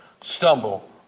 stumble